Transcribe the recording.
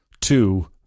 two